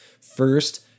First